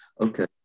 okay